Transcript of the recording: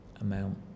amount